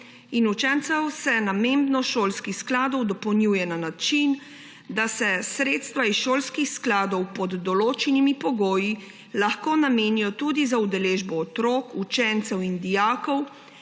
učencev, se namembnost šolskih skladov dopolnjuje na način, da se sredstva iz šolskih skladov pod določenimi pogoji lahko namenijo tudi za udeležbo otrok, učencev in dijakov